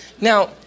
Now